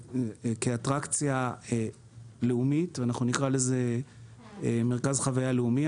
כאטרקציה לאומית ונקרא לזה מרכז חוויה לאומי.